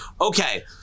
okay